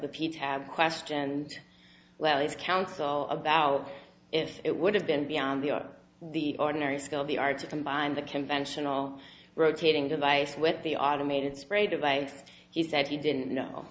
the people have questioned well his counsel about it it would have been beyond the or the ordinary scale of the art to combine the conventional rotating device with the automated spray device he said he didn't know